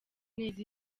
neza